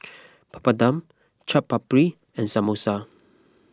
Papadum Chaat Papri and Samosa